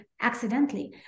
accidentally